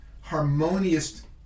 harmonious